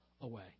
away